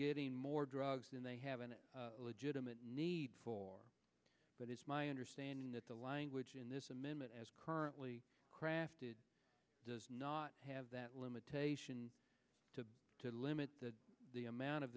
getting more drugs than they have a legitimate need for but it's my understanding that the language in this amendment as currently crafted does not have that limitation to limit the amount of